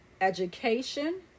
education